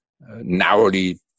narrowly